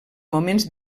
moments